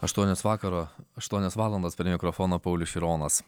aštuonios vakaro aštuonios valandos prie mikrofono paulius šironas